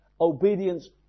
obedience